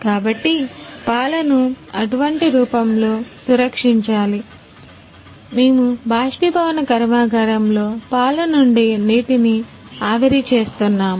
కాబట్టి పాలను అటువంటి రూపంలో సంరక్షించాలి మేము బాష్పీభవన కర్మాగారంలో పాలు నుండి నీటిని ఆవిరి చేస్తున్నాము